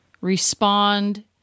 respond